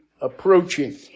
approaching